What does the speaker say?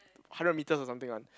hundred meters or something one